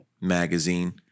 magazine